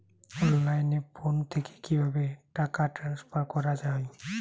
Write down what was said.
অনলাইনে ফোন থেকে কিভাবে টাকা ট্রান্সফার করা হয়?